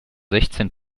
sechzehn